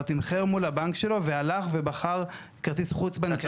תמחר מול הבנק שלו והלך ובחר כרטיס חוץ בנקאי.